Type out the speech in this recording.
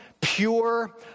pure